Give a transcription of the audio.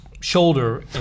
shoulder